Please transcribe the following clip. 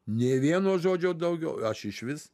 nė vieno žodžio daugiau aš išvis